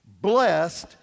Blessed